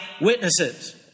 witnesses